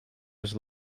was